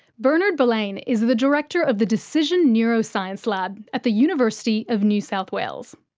bernard balleine is the director of the decision neuroscience lab at the university of new south wales.